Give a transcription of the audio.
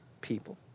people